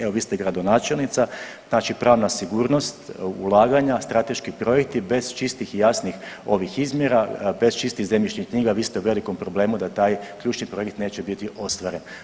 Evo vi ste gradonačelnica, znači pravna sigurnost ulaganja, strateški projekti bez čistih i jasnih ovih izmjera, bez čistih zemljišnih knjiga vi ste u velimo problemu da taj ključni projekt neće biti ostvaren.